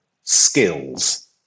skills